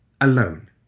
Alone